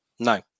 No